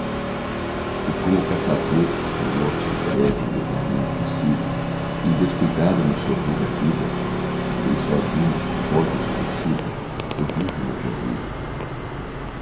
e como o caçador a morte em breve levar me á consigo e descuidado no sorrir da vida irei sozinho a voz desfalecida dormir no meu jazigo